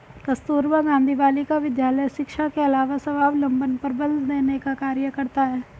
कस्तूरबा गाँधी बालिका विद्यालय शिक्षा के अलावा स्वावलम्बन पर बल देने का कार्य करता है